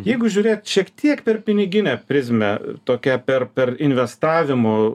jeigu žiūrėt šiek tiek per piniginę prizmę tokią per per investavimo